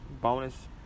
bonus